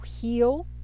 heal